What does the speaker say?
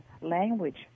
language